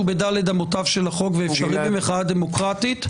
בדל"ת אמותיו של החוק ואפשרי מבחינה דמוקרטית,